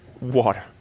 water